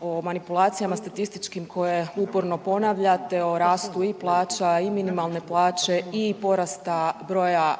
o manipulacijama statističkim koje uporno ponavljate o rastu i plaća i minimalne plaće i porasta broja